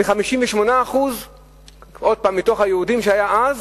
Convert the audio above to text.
מ-58% מתוך היהודים שהיו אז,